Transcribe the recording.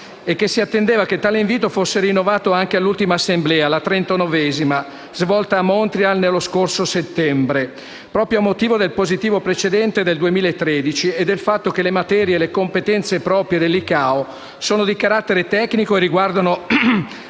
e che si attendeva che tale invito fosse rinnovato anche all'ultima assemblea, la 39a, svoltasi a Montreal lo scorso settembre, proprio a motivo del positivo precedente del 2013 e del fatto che le materie e le competenze proprie dell'ICAO sono di carattere tecnico e riguardano